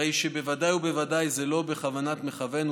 הרי שבוודאי ובוודאי זה לא בכוונת מכוון,